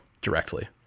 directly